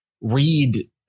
read